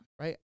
right